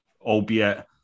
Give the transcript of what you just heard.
albeit